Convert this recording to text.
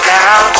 now